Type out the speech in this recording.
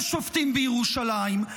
יש שופטים בירושלים.